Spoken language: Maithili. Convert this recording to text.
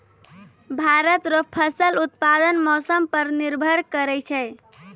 भारत रो फसल उत्पादन मौसम पर निर्भर करै छै